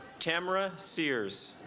tamara sear's